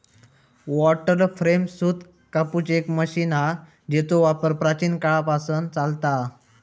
water frame सूत कातूची एक मशीन हा जेचो वापर प्राचीन काळापासना चालता हा